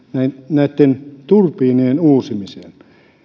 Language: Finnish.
turbiinien uusimiseen